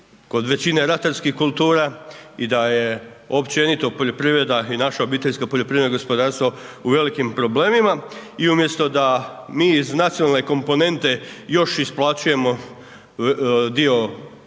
kod većine ratarskih kultura i da je općenito poljoprivreda i naša obiteljska poljoprivredno gospodarstvo u velikim problemima i umjesto da mi iz nacionalne komponente još isplaćujemo dio